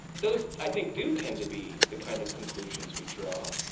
those i think do tend to be the kind of conclusions we draw.